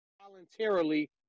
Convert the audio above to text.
voluntarily